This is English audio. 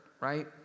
right